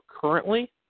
currently